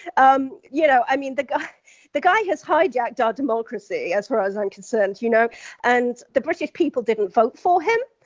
um you know i mean, the guy the guy has hijacked our democracy as far as i'm concerned, you know and the british people didn't vote for him.